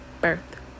birth